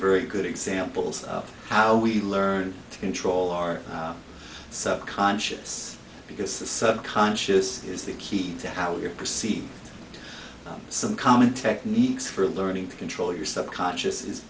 very good examples of how we learned to control our sub conscious because the sub conscious is the key to how we're perceived some common techniques for learning to control your subconscious is